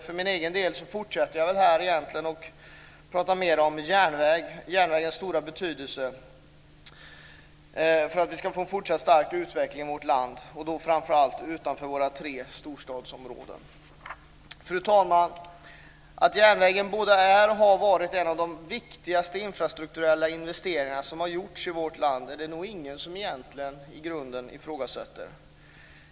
För min egen del ska jag tala om järnvägens stora betydelse för att vi ska få en fortsatt stark utveckling i vårt land, och då framför allt utanför våra tre storstadsområden. Fru talman! Att järnvägen både är och har varit en av de viktigaste infrastrukturella investeringar som har gjorts i vårt land är det ingen som i grunden ifrågasätter.